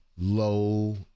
low